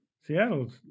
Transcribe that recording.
Seattle's